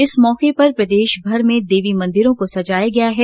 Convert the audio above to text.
इस मौके पर प्रदेशमर में देवी मंदिरों को सजाया गया है